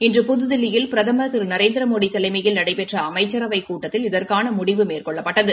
இன்று புதுதில்லியில் பிரதம் திரு நரேந்திரமோடி தலைமையில் நடைபெற்ற அமைச்சரவைக் கூட்டத்தில் இதற்கான முடிவு மேற்கொள்ளப்பட்டது